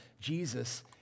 Jesus